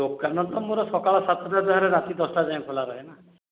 ଦୋକାନ ତ ମୋର ସକାଳ ସାତଟାରୁ ରାତି ଦଶଟା ଯାଏଁ ଖୋଲା ରହେ ନା